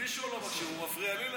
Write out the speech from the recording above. עזבי שהוא לא מקשיב, הוא מפריע לי להקשיב.